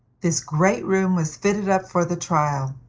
this great room was fitted up for the trial.